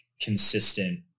consistent